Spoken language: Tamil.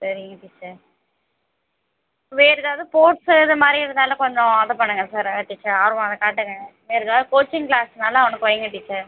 சரிங்க டீச்சர் வேறு ஏதாவது போர்ட்ஸு இதுமாதிரி எதுன்னாலும் கொஞ்சம் அது பண்ணுங்கள் சார் டீச்சர் ஆர்வம் அதை காட்டுங்கள் வேறு எதா கோச்சிங் கிளாஸுனாலும் அவனுக்கு வையுங்க டீச்சர்